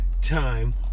time